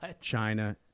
China